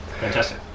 Fantastic